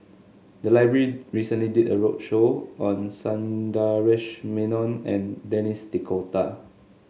the library recently did a roadshow on Sundaresh Menon and Denis D'Cotta